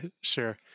sure